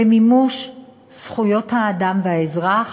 למימוש זכויות האדם והאזרח